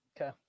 Okay